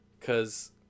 Cause